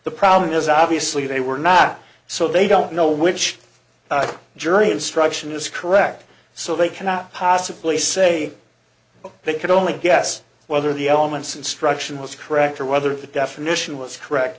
the problem is obviously they were not so they don't know which jury instruction is correct so they cannot possibly say they could only guess whether the elements instruction was correct or whether the definition was correct